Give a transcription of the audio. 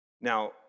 Now